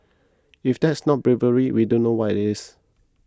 if that's not bravery we don't know what is